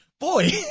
Boy